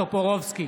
טופורובסקי,